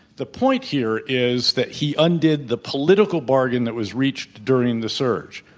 the point here is that he undid the political bargain that was reached during the surge.